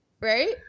Right